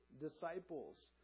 disciples